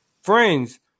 friends